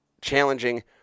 challenging